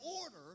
order